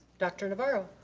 dr. navarro.